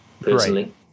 personally